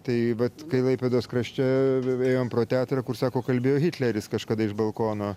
tai vat klaipėdos krašte ėjom pro teatrą kur sako kalbėjo hitleris kažkada iš balkono